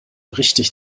richtig